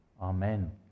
Amen